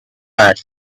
back